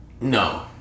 No